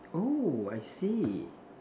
oh I see